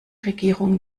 regierung